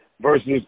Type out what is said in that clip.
versus